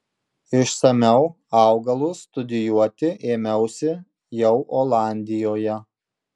išsamiau augalus studijuoti ėmiausi jau olandijoje